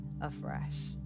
afresh